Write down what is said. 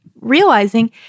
realizing